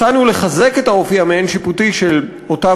הצענו לחזק את האופי המעין-שיפוטי של אותה